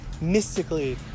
mystically